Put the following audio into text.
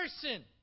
person